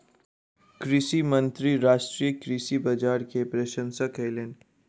कृषि मंत्री राष्ट्रीय कृषि बाजार के प्रशंसा कयलैन